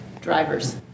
Drivers